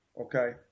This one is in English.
okay